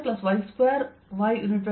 Axxy2yxyz A